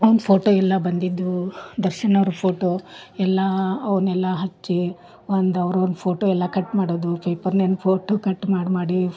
ಅವ್ನ ಫೋಟೋ ಎಲ್ಲ ಬಂದಿದ್ದು ದರ್ಶನವ್ರ ಫೋಟೋ ಎಲ್ಲ ಅವನ್ನೆಲ್ಲ ಹಚ್ಚಿ ಒಂದು ಅವ್ರೊಂದು ಫೋಟೋ ಎಲ್ಲ ಕಟ್ ಮಾಡೋದು ಪೇಪರ್ನಿಂದ ಫೋಟೋ ಕಟ್ ಮಾಡಿ ಮಾಡಿ